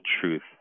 truth